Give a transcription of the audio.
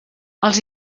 els